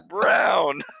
brown